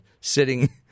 sitting